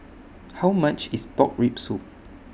How much IS Pork Rib Soup